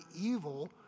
evil